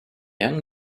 young